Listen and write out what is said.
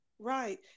Right